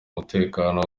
umutekano